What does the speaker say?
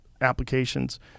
applications